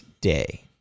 day